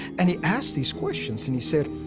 and he asked these questions. and he said,